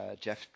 Jeff